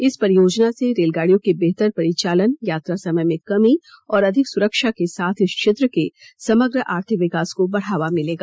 इस परियोजना से रेलगाड़ियों के बेहतर परिचालन यात्रा समय में कमी और अधिक सुरक्षा के साथ इस क्षेत्र के समग्र आर्थिक विकास को बढ़ावा मिलेगा